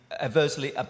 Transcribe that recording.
adversely